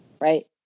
right